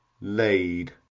laid